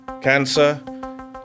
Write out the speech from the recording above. cancer